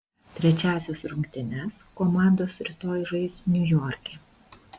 trečiąsias rungtynes komandos rytoj žais niujorke